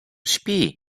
śpi